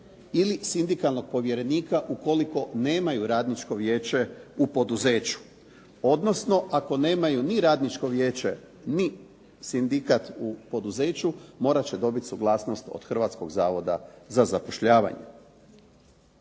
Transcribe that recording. ili sindikalnog povjerenika ukoliko nemaju radničko vijeće u poduzeću, odnosno ako nemaju ni radničko vijeće ni sindikat u poduzeću morat će dobit suglasnost od Hrvatskog zavoda za zapošljavanje.